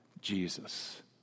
Jesus